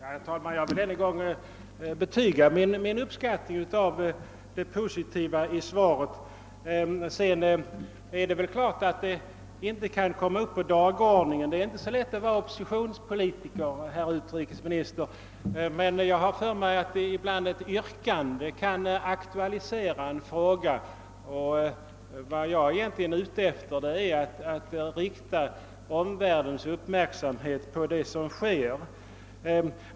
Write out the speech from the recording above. Herr talman! Jag vill än en gång betyga min uppskattning av det positiva i svaret. Det är klart att frågan inte kan komma upp på dagordningen. Det är inte så lätt att vara oppositionspolitiker, herr utrikesminister, men jag har för mig att ett yrkande ibland kan aktualisera en fråga. Vad jag är ute efter är att rikta omvärldens uppmärksamhet på vad som sker.